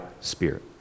spirit